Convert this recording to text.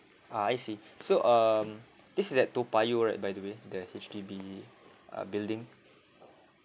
ah I see so um this is at toa payoh right by the way the H_D_B uh building